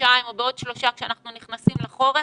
חודשיים או בעוד שלושה כשאנחנו נכנסים לחורף,